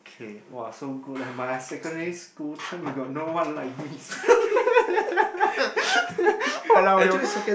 okay !wah! so good leh my secondary school time we got no one like me !walao! you